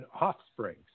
offspring